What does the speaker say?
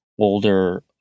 older